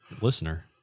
listener